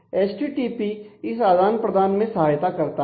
HTTP इस आदान प्रदान में सहायता करता है